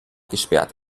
gesperrt